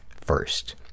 first